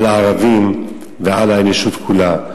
על הערבים ועל האנושות כולה.